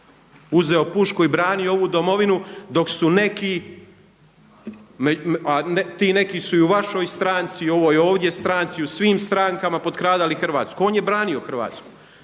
uzeo pušku i branio ovu domovinu dok su neki, a ti neki su i vašoj stranci i u ovoj ovdje stranci, u svim strankama potkradali Hrvatsku. On je branio Hrvatsku.